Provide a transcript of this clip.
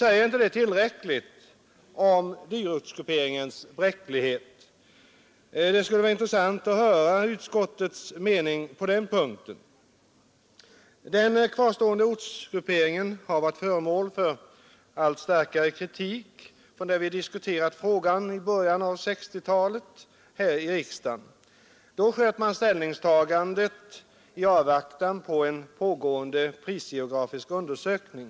Säger inte det tillräckligt om dyrortsgrupperingens bräcklighet? Det skulle vara intressant att höra utskottets mening på den punkten. Den kvarstående ortsgrupperingen har varit föremål för en successivt allt starkare kritik ända sedan vi började diskutera frågan här i riksdagen i början av 1960-talet. Då uppsköts ställningstagandet i avvaktan på en pågående prisgeografisk undersökning.